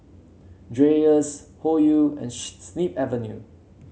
Dreyers Hoyu and Snip Avenue